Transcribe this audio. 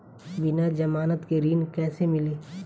बिना जमानत के ऋण कैसे मिली?